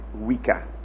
weaker